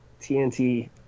TNT